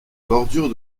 bordure